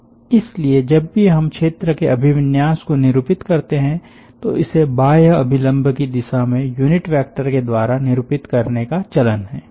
इसलिए जब भी हम क्षेत्र के अभिविन्यास को निरूपित करते हैं तो इसे बाह्य अभिलम्ब की दिशा में यूनिट वेक्टर के द्वारा निरूपित करने का चलन है